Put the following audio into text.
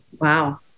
Wow